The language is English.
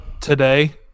today